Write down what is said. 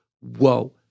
whoa